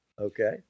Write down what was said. Okay